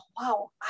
wow